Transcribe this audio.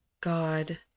God